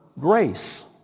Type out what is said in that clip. grace